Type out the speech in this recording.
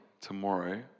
tomorrow